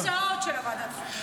לתוצאות של ועדת החקירה.